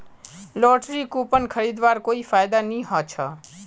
lottery coupon खरीदवार कोई फायदा नी ह छ